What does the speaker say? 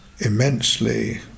immensely